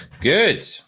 good